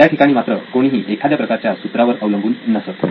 त्याठिकाणी मात्र कोणीही एखाद्या प्रकारच्या सूत्रावर अवलंबून नसत